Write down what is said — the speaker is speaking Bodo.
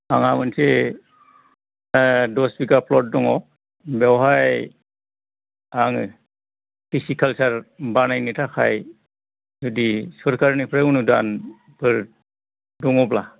आंहा मोनसे दस बिगा प्ल'ट दङ बेवहाय आङो फिसिकाल्सार बानायनो थाखाय जुदि सोरकारनिफ्राय अनुदानफोर दङब्ला